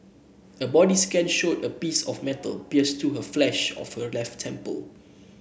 a body scan showed a small piece of metal pierced through the flesh of her left temple